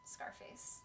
Scarface